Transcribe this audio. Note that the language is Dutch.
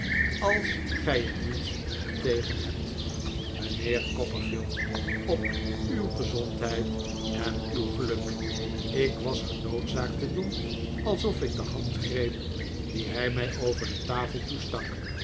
als gij er niets op tegen hebt mijnheer copperfield op uw gezondheid en uw geluk ik was genoodzaakt te doen alsof ik de hand greep die hij mij over de tafel toestak